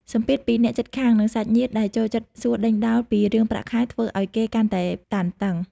សម្ពាធពីអ្នកជិតខាង និងសាច់ញាតិដែលចូលចិត្តសួរដេញដោលពីរឿងប្រាក់ខែ ធ្វើឱ្យគេកាន់តែតានតឹង។